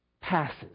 passes